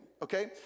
Okay